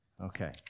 Okay